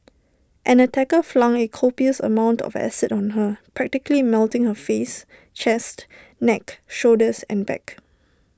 an attacker flung A copious amount of acid on her practically melting her face chest neck shoulders and back